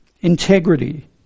integrity